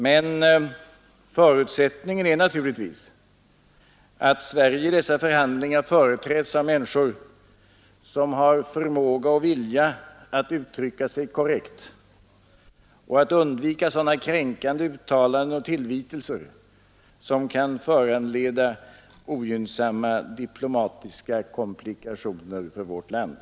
Men förutsättningen är naturligtvis att Sverige i dessa förhandlingar företräds av människor som har förmåga och vilja att uttrycka sig korrekt och att undvika sådana kränkande uttalanden och tillvitelser som kan föranleda ogynnsamma diplomatiska komplikationer för vårt land.